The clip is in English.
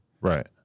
Right